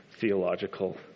theological